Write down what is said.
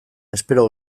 espero